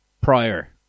prior